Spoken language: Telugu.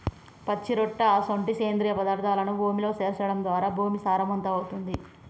పచ్చిరొట్ట అసొంటి సేంద్రియ పదార్థాలను భూమిలో సేర్చడం ద్వారా భూమి సారవంతమవుతుంది